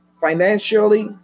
financially